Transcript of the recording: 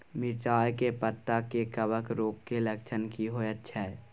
मिर्चाय के पत्ता में कवक रोग के लक्षण की होयत छै?